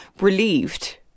relieved